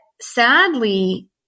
sadly